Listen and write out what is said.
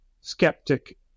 skeptic